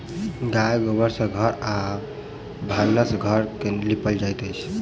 गाय गोबर सँ घर आ भानस घर के निपल जाइत अछि